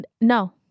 No